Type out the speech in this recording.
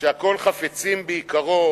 שהכול חפצים ביקרו